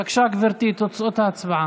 בבקשה גברתי, תוצאות ההצבעה.